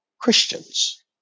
Christians